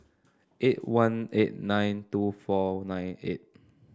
eight one eight nine two four nine eight